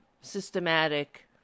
systematic